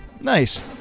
Nice